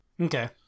Okay